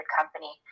company